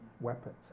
weapons